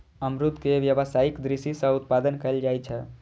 अमरूद के व्यावसायिक दृषि सं उत्पादन कैल जाइ छै